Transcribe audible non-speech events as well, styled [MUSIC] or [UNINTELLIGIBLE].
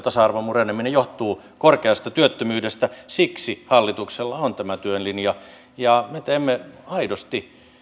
[UNINTELLIGIBLE] tasa arvon mureneminen johtuu korkeasta työttömyydestä siksi hallituksella on tämä työlinja ja me teemme aidosti